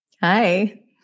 Hi